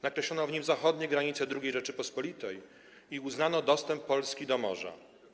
Nakreślono w nim zachodnie granice II Rzeczypospolitej i uznano dostęp Polski do morza.